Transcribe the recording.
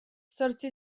zortzi